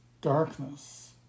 darkness